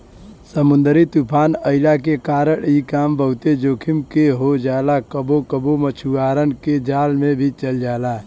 समुंदरी तूफ़ान अइला के कारण इ काम बहुते जोखिम के हो जाला कबो कबो मछुआरन के जान भी चल जाला